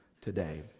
today